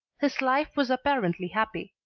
his life was apparently happy.